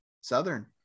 southern